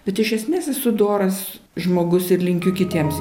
bet iš esmės esu doras žmogus ir linkiu kitiems